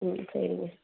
ம் சரிங்க